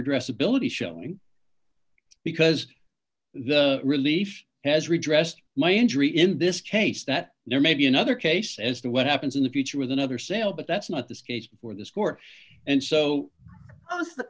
redress ability shown because the relief has redressed my injury in this case that there may be another case as to what happens in the future with another sale but that's not the case for the sport and so